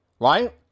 right